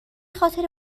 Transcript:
خاطر